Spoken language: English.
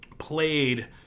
played